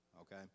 okay